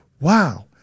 Wow